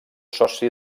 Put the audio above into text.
soci